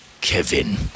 Kevin